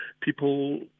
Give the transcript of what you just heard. People